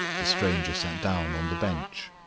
the stranger sat down on the bench.